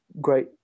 great